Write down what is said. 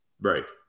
Right